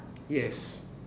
yes